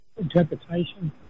interpretation